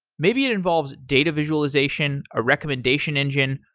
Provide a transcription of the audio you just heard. maybe it involves data visualization, a recommendation engine,